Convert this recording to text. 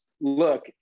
look